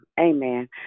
Amen